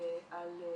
על סובקסון.